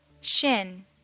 shin